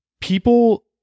people